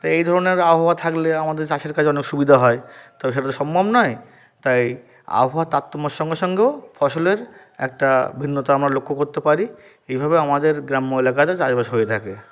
তো এই ধরনের আবহাওয়া থাকলে আমাদের চাষের কাজে অনেক সুবিধা হয় তো সেটা তো সম্ভব নয় তাই আবহাওয়ার তারতম্যের সঙ্গে সঙ্গেও ফসলের একটা ভিন্নতা আমরা লক্ষ্য করতে পারি এইভাবে আমাদের গ্রাম্য এলাকাতে চাষবাস হয়ে থাকে